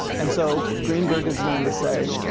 and so greenberg is going to say,